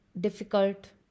difficult